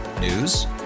News